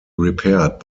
repaired